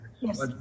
Yes